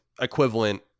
equivalent